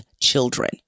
children